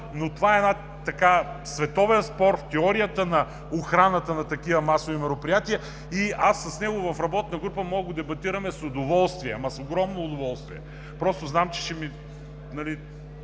няма? Това е световен спор в теорията на охраната на такива масови мероприятия. Аз с него в работна група мога да дебатирам с удоволствие, ама с огромно удоволствие! Просто знам, че излиза